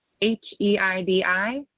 H-E-I-D-I